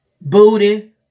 booty